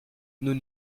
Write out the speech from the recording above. nous